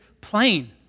plain